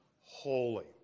holy